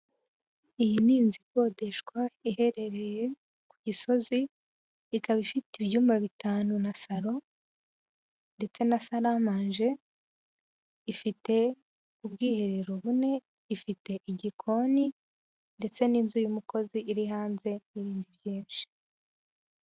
Iyi ni inzu ikodeshwa iherereye ku Gisozi, ikaba ifite ibyumba bitanu na saro ndetse na saramange, ifite ubwiherero bune, ifite igikoni ndetse n'inzu y'umukozi iri hanze n'ibindi byinshi.